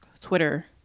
Twitter